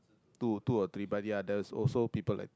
two two or three but ya there is also people like